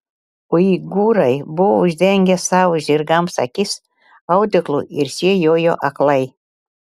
uigūrai buvo uždengę savo žirgams akis audeklu ir šie jojo aklai